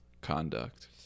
conduct